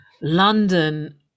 London